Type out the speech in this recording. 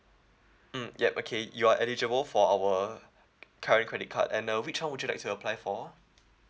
mm yup okay you are eligible for our current credit card and uh which one would you like to apply for